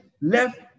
left